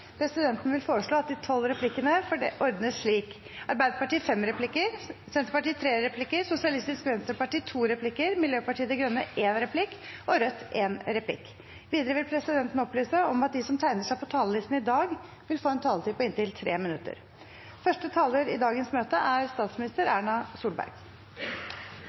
Presidenten vil opplyse om at de tolv replikkene ordnes slik: Arbeiderpartiet fem replikker, Senterpartiet tre replikker, Sosialistisk Venstreparti to replikker, Miljøpartiet De Grønne en replikk og Rødt en replikk. Videre vil presidenten opplyse om at de som tegner seg på talerlisten i dag, vil få en taletid på inntil 3 minutter. Norge er i